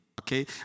okay